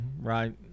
right